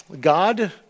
God